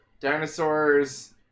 Dinosaurs